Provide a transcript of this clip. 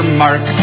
mark